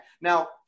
Now